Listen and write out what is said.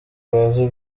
bazwi